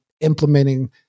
implementing